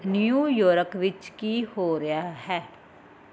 New York ਵਿੱਚ ਕੀ ਹੋ ਰਿਹਾ ਹੈ